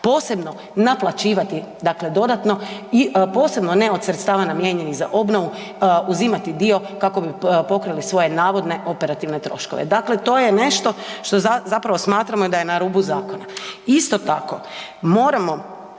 posebno naplaćivati, dakle dodatno i posebno ne od sredstava namijenjenih za obnovu uzimati dio kako bi pokrili svoje navodne operativne troškove. Dakle, to je nešto što zapravo smatramo da je na rubu zakona. Isto tako, moramo